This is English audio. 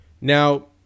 Now